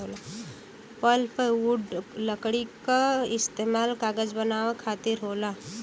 pulpwood लकड़ी क इस्तेमाल कागज बनावे खातिर होला